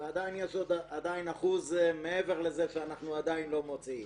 ויש אחוז מעבר לזה שעדיין אנחנו לא מוציאים.